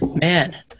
Man